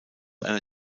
einer